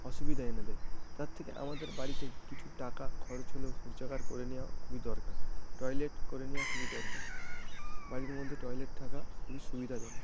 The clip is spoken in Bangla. অসুবিধা এনে দেয় তার থেকে আমাদের বাড়িতে কিছু টাকা খরচ হলেও শৌচাগার করে নেওয়া খুবই দরকার টয়লেট করে নেওয়া খুবই দরকার বাড়ির মধ্যে টয়লেট থাকা খুবই সুবিধাজনক